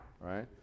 right